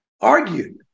argued